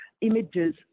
images